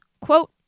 quote